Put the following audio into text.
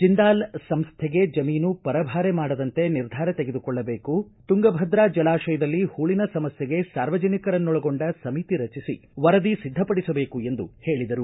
ಜಿಂದಾಲ್ ಸಂಸ್ಟೆಗೆ ಜಮೀನು ಪರಭಾರೆ ಮಾಡದಂತೆ ನಿರ್ಧಾರ ತೆಗೆದುಕೊಳ್ಳಬೇಕು ತುಂಗಭದ್ರಾ ಜಲಾಶಯದಲ್ಲಿ ಹೂಳಿನ ಸಮಸ್ಥೆಗೆ ಸಾರ್ವಜನಿಕರನ್ನೊಳಗೊಂಡ ಸಮಿತಿ ರಚಿಸಿ ವರದಿ ಸಿದ್ದಪಡಿಸಬೇಕು ಎಂದು ಹೇಳಿದರು